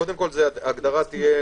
קודם כל, ההגדרה תהיה